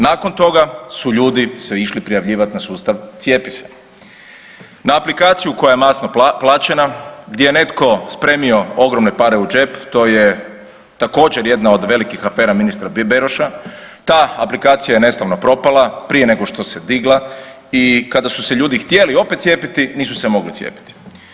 Nakon toga su ljudi se išli prijavljivat na sustav cijepise na aplikaciju koja je masno plaćena gdje je netko spremio ogromne pare u džep, to je također jedna od velikih afera ministra Beroša, ta aplikacija je neslavno propala prije nego što se digla i kada su se ljudi htjeli opet cijepiti nisu se mogli cijepiti.